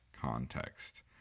context